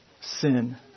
sin